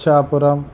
Ichchapuram